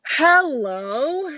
Hello